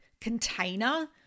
container